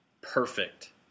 perfect